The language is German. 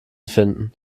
finden